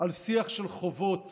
שיח של חובות